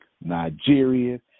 Nigeria